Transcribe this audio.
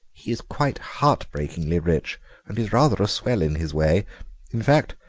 he's quite heartbreakingly rich and is rather a swell in his way in fact,